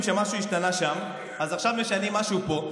שמשהו השתנה שם אז עכשיו משנים משהו פה.